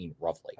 roughly